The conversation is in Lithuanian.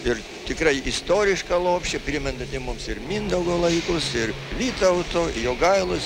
ir tikrai istorišką lopšį primenantį mums ir mindaugo laikus ir vytauto jogailos